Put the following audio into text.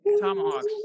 Tomahawks